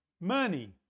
money